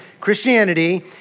Christianity